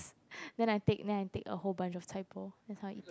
then I take then I take a whole bunch of chai-poh that's how I eat it